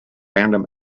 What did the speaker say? random